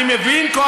אני מבין,